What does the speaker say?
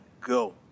Go